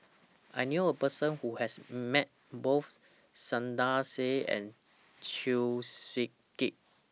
I knew A Person Who has Met Both Saiedah Said and Chew Swee Kee